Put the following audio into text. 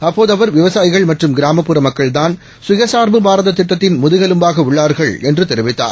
அப்போதுஅவர் விவசாயிகள்மற்றும்கிராமப்புறமக்கள்தான் சுயச்சார்புபாரதத்திட்டத்தின்முதுகெலும்பாகஉள்ளார்கள்என் றுதெரிவித்தார்